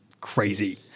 crazy